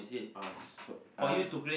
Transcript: uh so uh